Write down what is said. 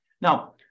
Now